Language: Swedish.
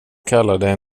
kallade